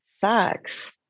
Sucks